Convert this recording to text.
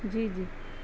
جی جی